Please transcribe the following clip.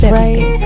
right